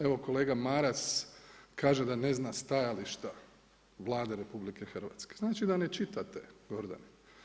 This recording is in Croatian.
Evo kolega Maras kaže da ne zna stajališta Vlade RH, znači da ne čitate, Gordane.